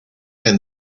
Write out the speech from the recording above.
and